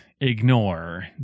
ignore